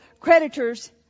creditors